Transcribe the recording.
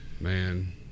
Man